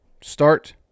Start